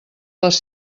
les